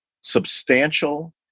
substantial